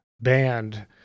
band